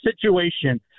situation